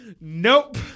Nope